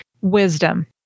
Wisdom